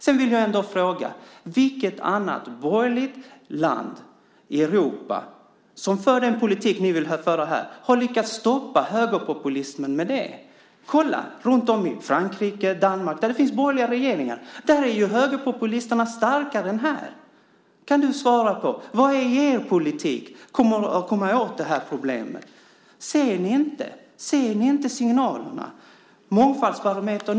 Jag vill fråga: Vilket annat land i Europa med en borgerlig regering som för den politik som ni vill föra här har lyckats stoppa högerpopulismen med denna politik? Man kan se hur det är i Frankrike och Danmark där man har borgerliga regeringar. Där är ju högerpopulisterna starkare än här. Kan du svara på följande: Vad är er politik för att komma åt detta problem? Ser ni inte signalerna, bland annat den senaste mångfaldsbarometern?